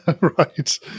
Right